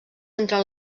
entre